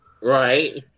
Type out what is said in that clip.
right